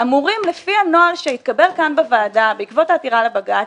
אמורים לפי הנוהל שהתקבל כאן בוועדה בעקבות העתירה לבג"ץ,